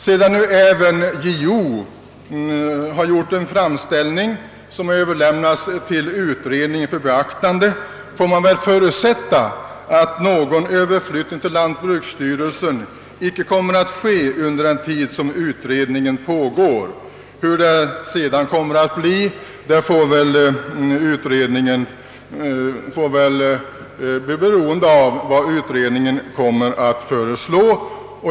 Sedan nu även JO har gjort en framställning, som överlämnats till utredningen för beaktande, får man förutsätta att någon överflyttning = till lantbruksstyrelsen icke kommer att ske under den tid utredning pågår. Hur det sedan kommer att bli är beroende av vad utredningen kommer att föreslå.